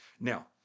Now